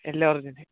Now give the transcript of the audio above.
എല്ലാവരും തന്നെ